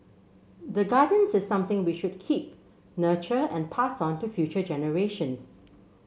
the gardens is something we should keep nurture and pass on to future generations